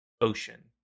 Ocean